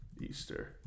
Easter